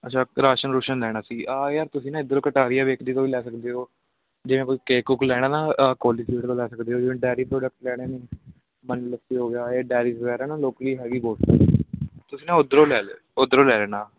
ਅੱਛਾ ਰਾਸ਼ਨ ਰੂਸ਼ਨ ਲੈਣਾ ਸੀ ਆਹ ਯਾਰ ਤੁਸੀਂ ਨਾ ਇੱਧਰੋ ਕਟਾਰੀਆ ਬੇਕਰੀ ਤੋਂ ਵੀ ਲੈ ਸਕਦੇ ਹੋ ਜਿਵੇਂ ਕੋਈ ਕੇਕ ਕੂਕ ਲੈਣਾ ਨਾ ਕੋਹਲੀ ਸਵੀਟ ਤੋਂ ਲੈ ਸਕਦੇ ਹੋ ਜਿਵੇਂ ਡੈਅਰੀ ਪ੍ਰੋਡਕਟ ਲੈਣੇ ਨੇ ਵਨ ਲੱਕੀ ਹੋ ਗਿਆ ਇਹ ਡੈਅਰੀ ਵਗੈਰਾ ਨਾ ਲੋਕਲੀ ਹੈਗੀ ਕੋਲ ਤੁਸੀਂ ਨਾ ਉੱਧਰੋਂ ਲੈ ਲਿਓ ਉੱਧਰੋਂ ਲੈ ਲੈਣਾ